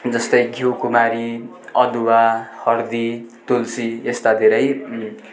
जस्तै घिउकुमारी अदुवा हर्दी तुलसी यस्ता धेरै